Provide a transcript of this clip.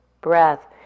breath